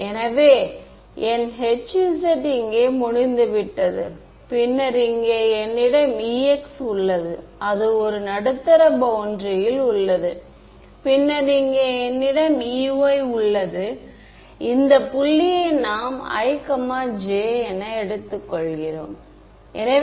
மேலே உள்ள வெளிப்பாட்டில் எங்காவது இது போன்ற ஒரு வார்த்தையை நீங்கள் அதிகரிக்க செய்கிறீர்களா